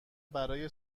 برای